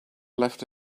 left